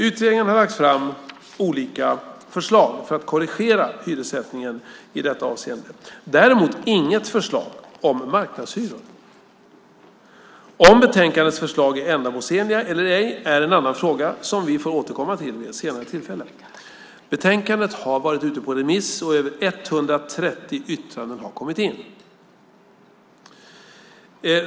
Utredningen har lagt fram olika förslag för att korrigera hyressättningen i detta avseende, däremot inget förslag om marknadshyror. Om betänkandets förslag är ändamålsenliga eller ej är en annan fråga som vi får återkomma till vid ett senare tillfälle. Betänkandet har varit ute på remiss, och över 130 yttranden har kommit in.